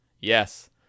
Yes